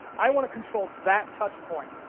i want to control that touch point.